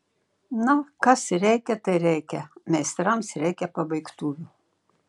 na kas reikia tai reikia meistrams reikia pabaigtuvių